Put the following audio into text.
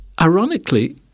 ironically